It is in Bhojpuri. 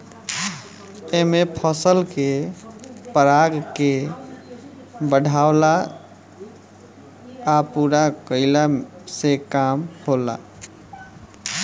एमे फसल के पराग के बढ़ावला आ पूरा कईला के काम होला